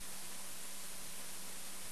אנחנו נפרדים מהנכבדים וממשפחת חלבי,